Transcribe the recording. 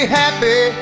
happy